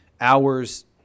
hours